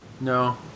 No